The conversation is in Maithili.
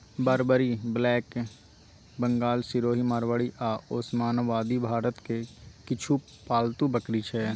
बारबरी, ब्लैक बंगाल, सिरोही, मारवाड़ी आ ओसमानाबादी भारतक किछ पालतु बकरी छै